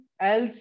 else